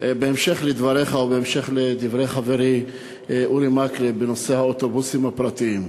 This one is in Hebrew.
בהמשך לדבריך ובהמשך לדברי חברי אורי מקלב בנושא האוטובוסים הפרטיים,